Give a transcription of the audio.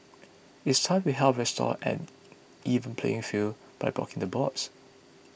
it's time we help restore an even playing field by blocking the bots